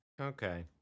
Okay